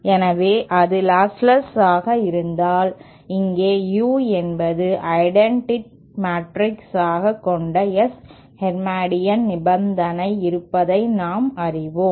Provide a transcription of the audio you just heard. எனவே அது லாஸ்ட்லெஸ் ஆக இருந்தால் எங்கே U என்பது ஐடென்டிட்டி மேட்ரிக் ஆக கொண்ட S ஹெர்மிடியன் நிபந்தனை இருப்பதை நாம் அறிவோம்